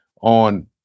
on